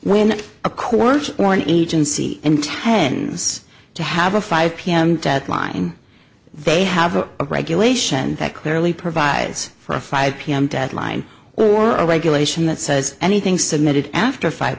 when a court or an agency in ten has to have a five pm deadline they have a regulation that clearly provides for a five pm deadline or a regulation that says anything submitted after five